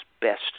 best